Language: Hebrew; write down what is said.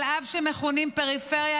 אף שהם מכונים פריפריה,